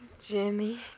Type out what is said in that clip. Jimmy